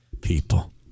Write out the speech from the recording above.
People